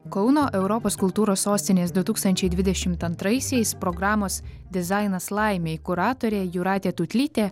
kauno europos kultūros sostinės du tūkstančiai dvidešimt antraisiais programos dizainas laimei kuratorė jūratė tutlytė